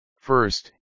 First